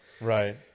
Right